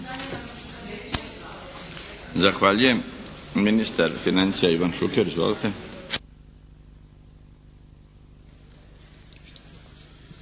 Zahvaljujem. Ministar financija, Ivan Šuker. Izvolite.